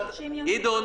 גדעון.